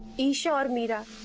isha and meera.